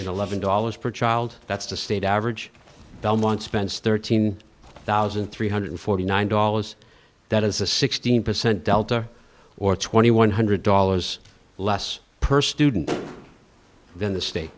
eleven dollars per child that's the state average belmont's spends thirteen thousand three hundred forty nine dollars that is a sixteen percent delta or twenty one hundred dollars less per student than the state